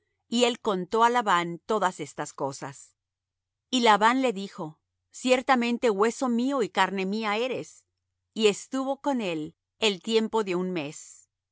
y él contó á labán todas estas cosas y labán le dijo ciertamente hueso mío y carne mía eres y estuvo con él el tiempo de un mes